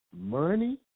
money